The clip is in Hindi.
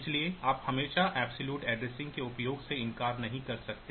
इसलिए आप हमेशा अब्सोल्युट एड्रेसिंग के उपयोग से इनकार नहीं कर सकते